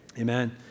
Amen